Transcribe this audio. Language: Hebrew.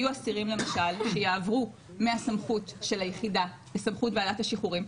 יהיו אסירים למשל שיעברו מהסמכות של היחידה לסמכות ועדת השחרורים,